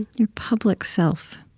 your public self